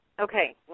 Okay